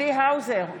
צבי האוזר,